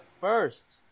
first